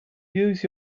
use